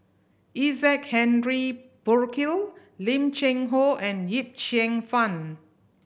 Isaac Henry Burkill Lim Cheng Hoe and Yip Cheong Fun